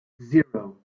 zero